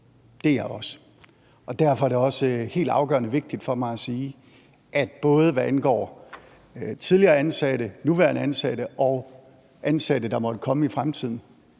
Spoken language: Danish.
Det er jeg også, og derfor er det også helt afgørende vigtigt for mig at sige, at både hvad angår tidligere ansatte, nuværende ansatte og ansatte, der måtte komme i fremtiden,